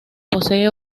posee